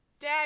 dad